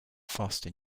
faster